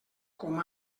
com